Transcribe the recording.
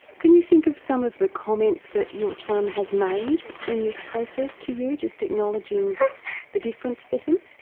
can you think of some of the comments that your son has made in this process to you, just acknowledging the difference for him?